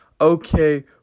okay